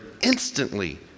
instantly